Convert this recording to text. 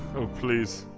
oh, please.